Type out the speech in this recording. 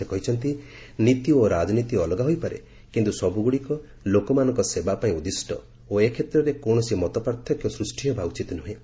ସେ କହିଛନ୍ତି ନୀତି ଓ ରାଜନୀତି ଅଲଗା ହୋଇପାରେ କିନ୍ତୁ ସବୁଗୁଡ଼ିକ ଲୋକମାନଙ୍କ ସେବାପାଇଁ ଉଦ୍ଦିଷ୍ଟ ଓ ଏ କ୍ଷେତ୍ରରେ କୌଣସି ମତପାର୍ଥକ୍ୟ ସୃଷ୍ଟି ହେବା ଉଚିତ୍ ନୁହେଁ